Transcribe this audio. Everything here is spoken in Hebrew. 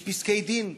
יש פסקי-דין.